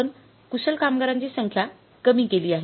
आपण कुशल कामगारांची संख्या कमी केली आहे